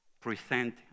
present